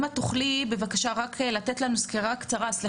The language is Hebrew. תוכלי בבקשה לתת לנו סקירה קצרה של